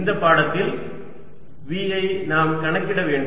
இந்த பாடத்தில் V ஐ நாம் கணக்கிட வேண்டும்